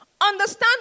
understand